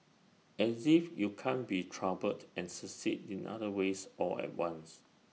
as if you can be troubled and succeed in other ways all at once